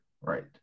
Right